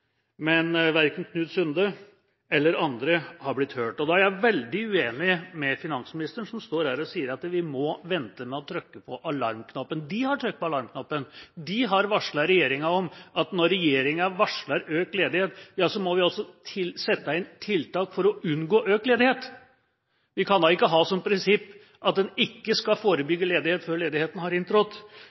Men verken Knut E. Sunde eller andre har blitt hørt. Jeg er veldig uenig med finansministeren, som står her og sier at vi må vente med å trykke på alarmknappen. De har trykket på alarmknappen. De har varslet regjeringa om at når regjeringa varsler økt ledighet, må vi sette inn tiltak for å unngå økt ledighet. Vi kan da ikke ha som prinsipp at man ikke skal forebygge ledighet før ledigheten har inntrådt?